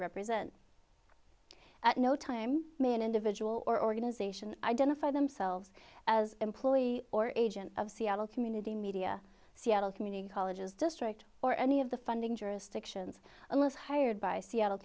represent at no time may an individual or organization identify themselves as employee or agent of seattle community media seattle community colleges district or any of the funding jurisdictions unless hired by seattle